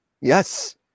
Yes